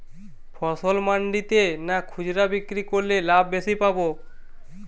ফসল মন্ডিতে না খুচরা বিক্রি করলে লাভ বেশি পাব?